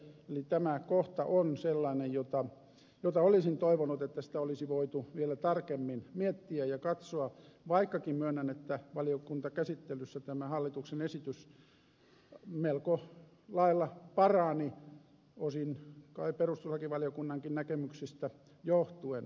eli tämä kohta on sellainen jota olisin toivonut että sitä olisi voitu vielä tarkemmin miettiä ja katsoa vaikkakin myönnän että valiokuntakäsittelyssä tämä hallituksen esitys melko lailla parani osin kai perustuslakivaliokunnankin näkemyksistä johtuen